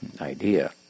idea